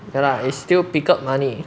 ya lah is still pickled money